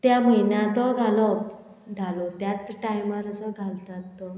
त्या म्हयन्या तो घालप धालो त्याच टायमार असो घालतात तो